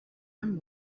and